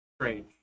strange